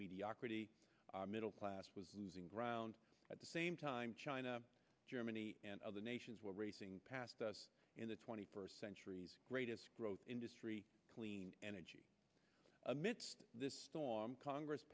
mediocrity our middle class was losing ground at the same time china germany and other nations were racing past us in the twenty first century's greatest growth industry clean energy amid this storm congress